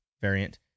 variant